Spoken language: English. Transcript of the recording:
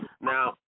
now